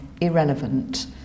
irrelevant